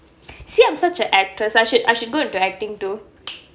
see I'm such an actor I should I should go into acting too